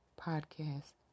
podcast